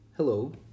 Hello